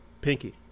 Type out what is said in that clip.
Pinky